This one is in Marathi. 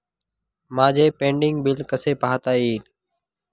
माझे पेंडींग बिल कसे पाहता येईल?